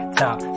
top